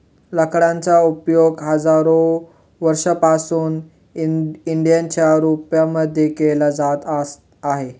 लाकडांचा उपयोग हजारो वर्षांपासून इंधनाच्या रूपामध्ये केला जात आहे